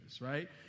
right